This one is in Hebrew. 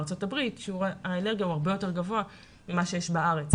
בארצות הברית שיעור האלרגיה הוא הרבה יותר גבוה לעומת מה שיש בארץ.